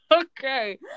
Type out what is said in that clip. Okay